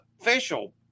official